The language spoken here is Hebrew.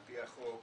על פי החוק,